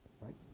Right